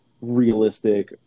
realistic